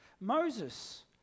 Moses